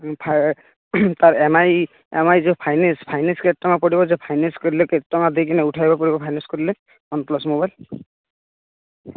FI EMI EMI ଯେଉଁ finance finance କେତେ ଟଙ୍କା ପଡ଼ିବ ଯୋଉ ଫାଇନାନ୍ସ କରଲେ ଳେତେଟଙ୍କା ଦେଇ ଉଠେଇବାକୁ ପଡ଼ିବ ଫାଇନାନ୍ସ କରଲେ ୱାନପ୍ଲସ ମୋବାଇଲ